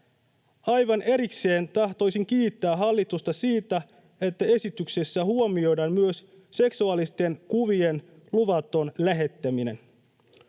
Aivan erikseen tahtoisin kiittää hallitusta siitä, että esityksessä huomioidaan myös seksuaalisten kuvien luvaton lähettäminen.